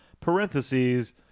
parentheses